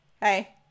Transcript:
hey